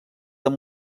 amb